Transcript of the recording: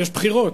יש בחירות.